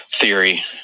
theory